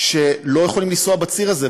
שלא יכולים לנסוע בציר הזה,